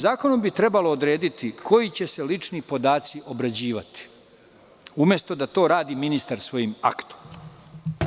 Zakonom bi trebalo odrediti koji će se lični podaci obrađivati, umesto da ministar to radi svojim aktom,